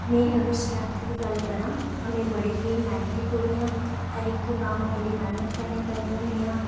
में अगर स्ट्रेंथ दी गल्ल करां ते में बड़ी के मेहनती कुड़ी आं हर इक कम्म बड़ी मेहनत कन्नै करनी होन्नी आं